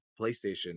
PlayStation